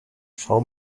schau